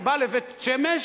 ובא לבית-שמש,